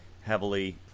heavily